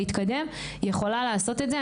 להתקדם יכולה לעשות את זה.